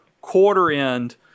quarter-end